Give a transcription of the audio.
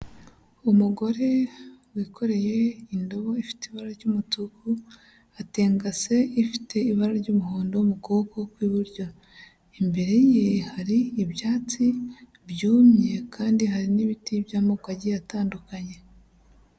Umugore wikoreye indobo ifite ibara ry'umutuku, atenganse ifite ibara ry'umuhondo mu kuboko kw'iburyo. Imbere ye hari ibyatsi byumye kandi hari n'ibiti by'amoko agiye atandukanye.